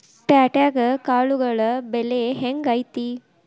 ಪ್ಯಾಟ್ಯಾಗ್ ಕಾಳುಗಳ ಬೆಲೆ ಹೆಂಗ್ ಐತಿ?